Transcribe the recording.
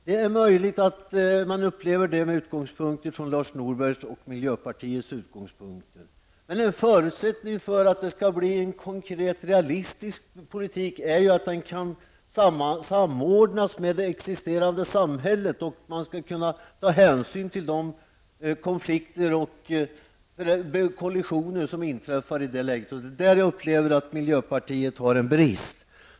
Det är möjligt att man kan uppleva det med utgångspunkt från Lars Norbergs och miljöpartiets utgångspunkter. Men en förutsättning för att det skall bli en konkret, realistisk politik är att den kan samordnas med ett existerande samhälle. Man skall kunna ta hänsyn till de kollisioner som inträffar i det läget. Det är på den punkten jag upplever att miljöpartiet har en brist.